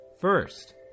First